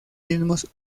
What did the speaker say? mismos